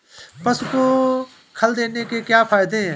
पशु को खल देने से क्या फायदे हैं?